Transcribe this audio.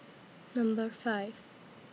Number five